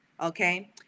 Okay